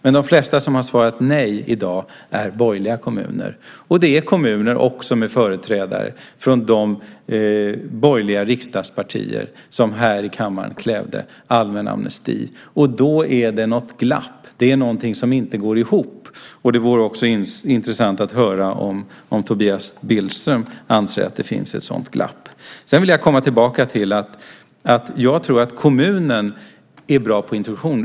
Men de flesta som har svarat nej är borgerliga kommuner, och det är också kommuner med företrädare från de borgerliga riksdagspartier som här i kammaren krävde allmän amnesti. Och då är det något glapp. Det är någonting som inte går ihop. Och det vore intressant att höra om Tobias Billström anser att det finns ett sådant glapp. Jag tror att kommunen är bra på introduktion.